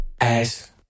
Ass